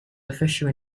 official